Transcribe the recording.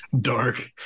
dark